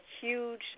huge